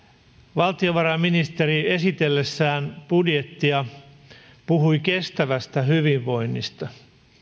valtiovarainministeri esitellessään budjettia puhui kestävästä hyvinvoinnista